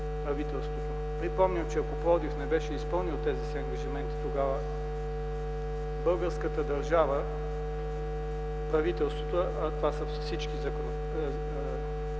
правителството. Припомням, че ако Пловдив тогава не беше изпълнил този ангажимент, българската държава, правителството – това са всички данъкоплатци,